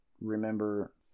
remember